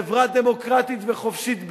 חברה דמוקרטית וחופשית באמת.